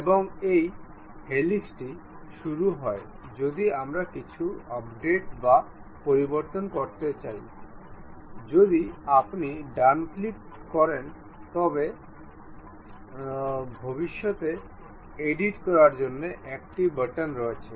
এবং এই হেলিক্সটি শুরু হয় যদি আমরা কিছু আপডেট বা পরিবর্তন করতে চাই যদি আপনি ডান ক্লিক করেন তবে ভবিষ্যতে এডিট করার জন্য একটি বাটন রয়েছে